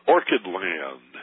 Orchidland